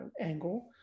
angle